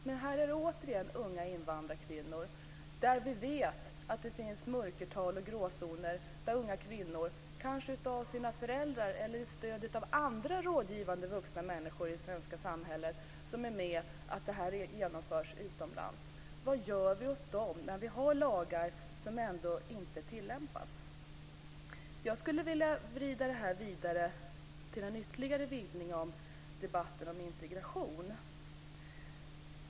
Men här är det återigen fråga om unga invandrarkvinnor. Vi vet att det finns mörkertal och gråzoner när det gäller unga kvinnor vars föräldrar, eller kanske med stöd av andra rådgivande vuxna människor i det svenska samhället, är med på att det här genomförs utomlands. Vad gör vi åt dem när vi har lagar som ändå inte tillämpas? Jag skulle vilja vrida det här vidare till en ytterligare en vidgning av debatten om integration.